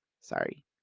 Sorry